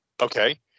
Okay